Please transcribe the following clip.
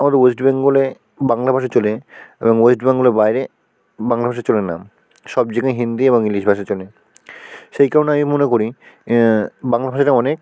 আমাদের ওয়েস্ট বেঙ্গলে বাংলা ভাষা চলে এবং ওয়েস্ট বেঙ্গলের বাইরে বাংলা ভাষা চলে না সব জায়গায় হিন্দি এবং ইংলিশ ভাষা চলে সেই কারণে আমি মনে করি বাংলা ভাষাটা অনেক